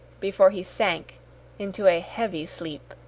before he sank into a heavy sleep.